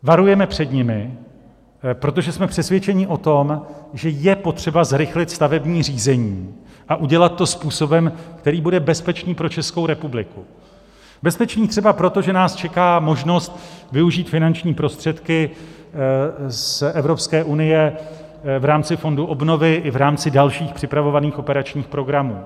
Varujeme před nimi, protože jsme přesvědčeni o tom, že je potřeba zrychlit stavební řízení a udělat to způsobem, který bude bezpečný pro Českou republiku, bezpečný třeba proto, že nás čeká možnost využít finanční prostředky z Evropské unie v rámci fondu obnovy i v rámci dalších připravovaných operačních programů.